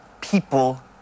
people